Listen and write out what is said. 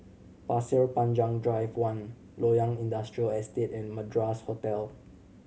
Pasir Panjang Drive One Loyang Industrial Estate and Madras Hotel